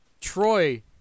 Troy